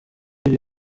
iri